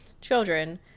children